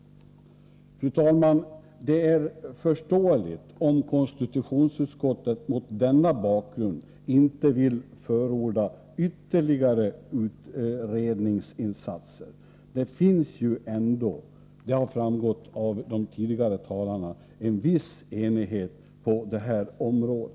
Det är 13a ER 1984 förståeligt, fru talman, om konstitutionsutskottet mot denna bakgrund inte Pp vill förorda ytterligare BESAmnstinsa een Det finns ändå —- vilket har Denstatliga verkframgått av de tidigare talarnas anföranden — en viss enighet på detta Zz samhetens styrning område.